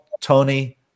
Tony